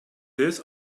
this